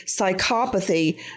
psychopathy